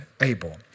Abel